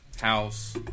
house